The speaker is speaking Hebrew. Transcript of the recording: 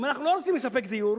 אם אנחנו לא רוצים לספק דיור,